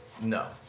No